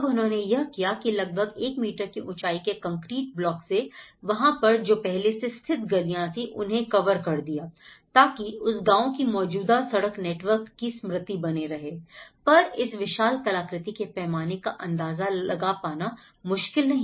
अब उन्होंने यह किया की लगभग 1 मीटर की ऊंचाई के कंक्रीट ब्लॉक से वहां पर जो पहले से स्थित गलियां थी उन्हें कवर कर दिया ताकि उस गांव की मौजूदा सड़क नेटवर्क की स्मृति बनी रहे पर इस विशाल कलाकृति के पैमाने का अंदाजा लगा पाना मुश्किल नहीं